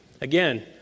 Again